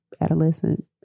adolescent